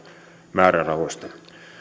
määrärahoista